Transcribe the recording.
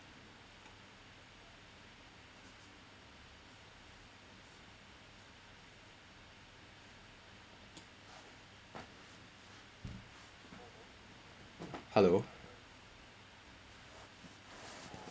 hello